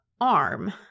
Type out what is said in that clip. arm